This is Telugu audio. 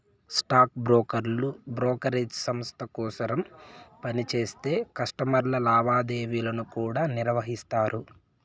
స్టాక్ బ్రోకర్లు బ్రోకేరేజ్ సంస్త కోసరం పనిచేస్తా కస్టమర్ల లావాదేవీలను కూడా నిర్వహిస్తారు